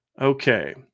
Okay